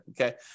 okay